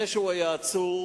זה שהוא היה עצור,